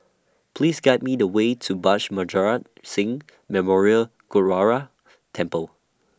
Please Guide Me The Way to Bhai She Maharaj Singh Memorial Gurdwara Temple